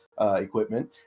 equipment